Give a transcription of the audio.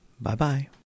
Bye-bye